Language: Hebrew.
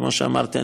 וכמו שאמרתי,